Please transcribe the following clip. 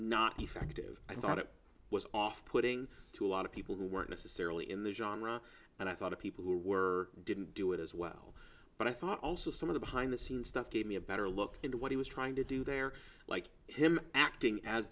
not effective i thought it was off putting to a lot of people who weren't necessarily in the genre and i thought of people who didn't do it as well but i thought also some of the behind the scenes stuff gave me a better look into what he was trying to do there like him acting as